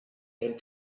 bent